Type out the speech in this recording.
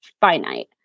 finite